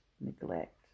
neglect